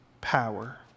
power